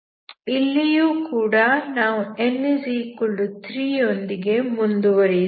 ಇಲ್ಲಿಯೂ ಕೂಡ ನಾವು n3 ಯೊಂದಿಗೆ ಮುಂದುವರೆಯುತ್ತೇವೆ